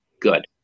Good